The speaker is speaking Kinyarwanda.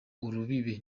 urubibe